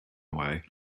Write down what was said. way